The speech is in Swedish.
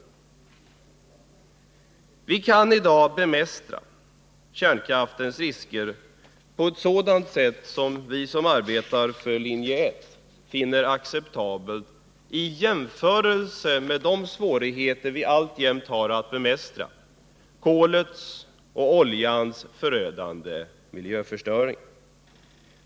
5 Vi kan i dag bemästra kärnkraftens risker på ett sätt som vi som arbetar för linje 1 finner acceptabelt i jämförelse med de svårigheter vi alltjämt har med att bemästra kolets och oljans förödande miljöförstöring.